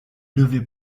devez